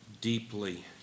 deeply